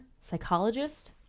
psychologist